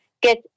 get